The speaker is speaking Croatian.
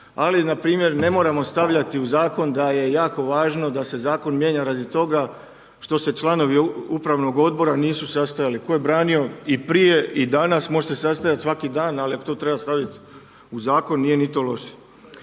Ali npr. ne moramo stavljati u zakon da je jako važno da se zakon mijenja radi toga što se članovi upravnog odbora nisu sastajali, tko je braniti i prije i danas, možete se sastajati svaki dan ali ako to treba staviti u zakon nije ni to loše.